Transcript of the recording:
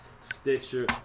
Stitcher